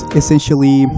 essentially